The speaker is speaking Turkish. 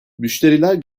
müşteriler